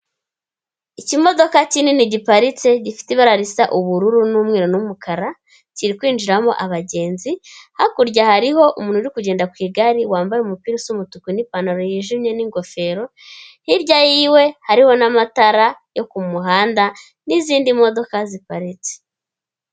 Ikimodoka kinini giparitse gifite ibara risa ubururu n'umweru n'umukara kiri kwinjiramo abagenzi hakurya hariho umuntu uri kugenda ku igare wambaye umupira umutuku n'ipantaro yijimye n'ingofero hirya yiwe hariho n'amatara yo ku muhanda n'izindi modoka ziparitse.